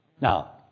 Now